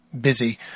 busy